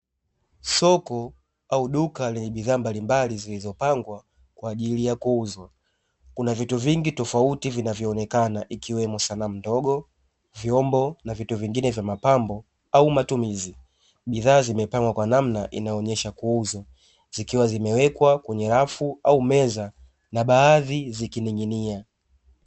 Soko au duka Lenye bidhaa mbalimbali zilizo pangwa kwa ajili ya kuuzwa, Kuna vitu vingi tofauti vinavyoonekana ikiwemo sanamu ndogo, vyombo na vitu vingine vya mapambo au matumizi. Bidhaa zimepangwa kwa namna inonyesha kuuzwa zikiwa zimewekwa kwenye rafu au meza na baadhi zikining'inia.